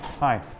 Hi